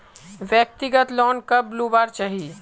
व्यक्तिगत लोन कब लुबार चही?